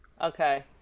Okay